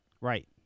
Right